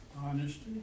Honesty